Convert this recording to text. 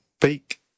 fake